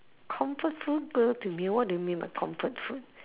comfort food go to meal what do you mean by comfort food